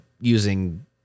using